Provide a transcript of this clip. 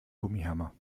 gummihammer